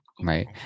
Right